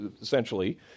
essentially